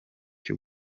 cyo